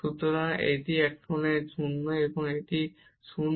সুতরাং এটি এখানে 0 এবং এটিও 0 হবে